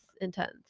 intense